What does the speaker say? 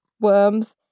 worms